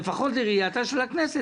"לפחות לראייתה של הכנסת,